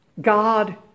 God